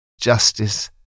justice